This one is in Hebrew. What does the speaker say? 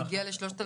זה הגיע ל-3,700?